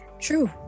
True